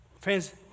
Friends